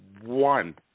one